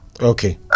okay